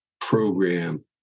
program